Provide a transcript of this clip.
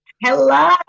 Hello